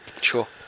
Sure